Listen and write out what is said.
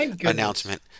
announcement